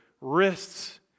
wrists